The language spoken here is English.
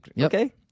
Okay